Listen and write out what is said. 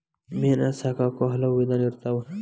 ಮೇನಾ ಸಾಕಾಕು ಹಲವು ವಿಧಾನಾ ಇರ್ತಾವ